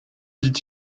dit